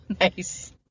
nice